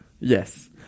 Yes